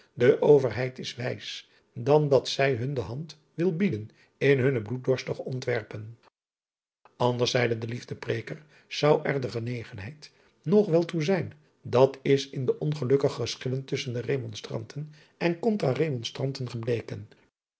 de verheid is te wijs dan dat zij hun de hand wil bieden in hunne bloeddorstige ontwerpen nders zeide de iefdepreêker zou er de genegenheid nog wel toe zijn dat is in de ongelukkige geschillen tusschen de emonstranten en ontra emonstranten gebleken